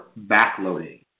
backloading